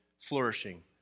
flourishing